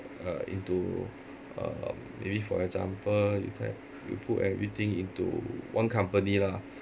uh into uh maybe for example you ti~ you put everything into one company lah